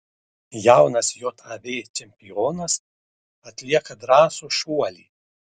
jaunas jav čempionas atlieka drąsų šuolį